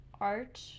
art